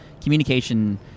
communication